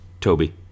Toby